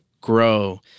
grow